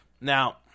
Now